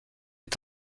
est